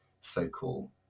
focal